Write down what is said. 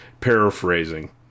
paraphrasing